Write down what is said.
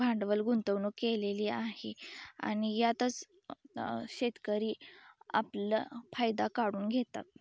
भांडवल गुंतवणूक केलेली आहे आणि यातच शेतकरी आपला फायदा काढून घेतात